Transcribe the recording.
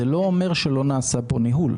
וזה לא אומר שלא נעשה פה ניהול.